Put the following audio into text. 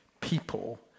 people